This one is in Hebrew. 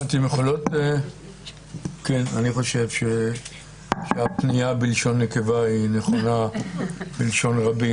אני חושב שהפנייה בלשון נקבה היא נכונה בלשון רבים.